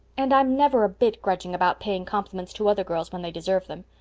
and i'm never a bit grudging about paying compliments to other girls when they deserve them.